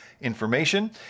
information